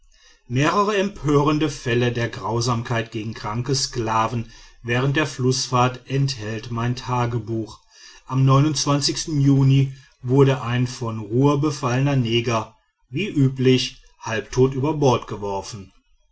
mehrere empörende fälle der grausamkeit gegen kranke sklaven während der flußfahrt enthält mein tagebuch am juni wurde ein von ruhr befallener neger wie üblich halbtot über bord geworfen